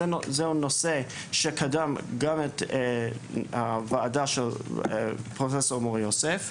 זה נושא שקדם גם את הוועדה של פרופ' מור-יוסף.